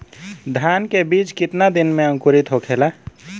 धान के बिज कितना दिन में अंकुरित होखेला?